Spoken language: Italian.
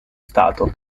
stato